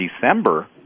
December